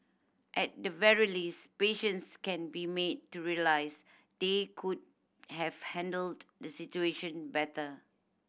at the very least patients can be made to realise they could have handled the situation better